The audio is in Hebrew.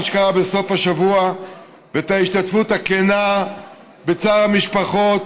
שקרה בסוף השבוע ואת ההשתתפות הכנה בצער המשפחות,